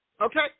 Okay